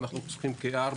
אנחנו חוסכים כארבעה